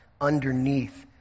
underneath